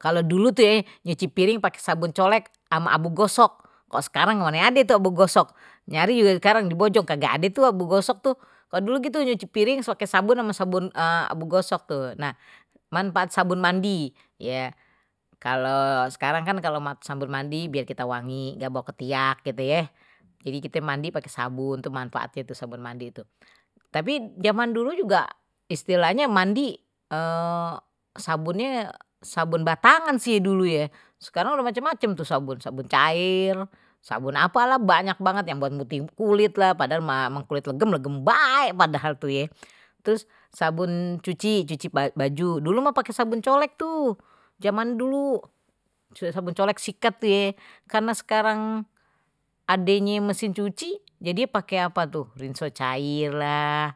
kalau dulu tuh eh nyuci piring pakai sabun colek ama abu gosok kok sekarang abu gosok nyari juga sekarang mane ade tuh abu gosok. nyari juga di bojong kagak ada tuh abu gosok tuh, kalo dulu gitu nyuci piring pakai sabun sama sabun abu gosok tuh nah manfaat sabun mandi ya kalau sekarang kan kalau sabun mandi biat kite wangi kagak bau ketiak, gitu ye jadi kite mandi pake sabun tuh manfaatnye sabun mandi tuh, tapi zaman dulu juga istilahnya mandi sabunnya sabun batangan sih dulu ya sekarang udah macam-macam tuh sabun-sabun cair sabun apalah banyak banget yang buat mutihin kulit lah padahal mah emang kulit legem legem bae, padahal tuh ye, trus sabun cuci baju dulu mah pakai sabun colek, sikat tuh ye, zaman dulu karena sekarang adenye mesin cuci jadi pakai apa tuh rinso cair lah,